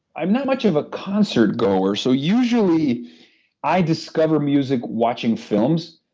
i'm not much of a concertgoer, so usually i discover music watching films.